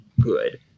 good